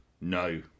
No